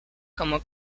como